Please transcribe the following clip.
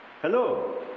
Hello